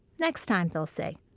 next time, they'll say.